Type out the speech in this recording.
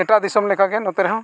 ᱮᱴᱟᱜ ᱫᱤᱥᱚᱢ ᱞᱮᱠᱟᱜᱮ ᱱᱚᱛᱮ ᱨᱮᱦᱚᱸ